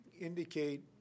indicate